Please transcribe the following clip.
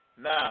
Now